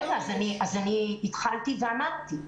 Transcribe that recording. אני התחלתי ואמרתי.